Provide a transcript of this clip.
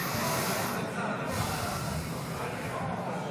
הסתייגות 4 לא נתקבלה.